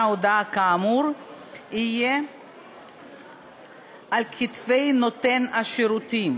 הודעה כאמור יהיה על כתפי נותן השירותים.